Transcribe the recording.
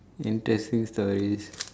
interesting stories